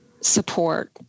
support